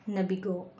Nabigo